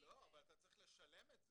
כן, אבל אתה צריך לשלם את זה.